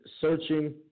searching